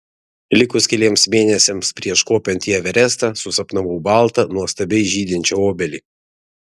likus keliems mėnesiams prieš kopiant į everestą susapnavau baltą nuostabiai žydinčią obelį